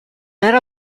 era